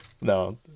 No